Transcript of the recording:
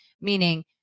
meaning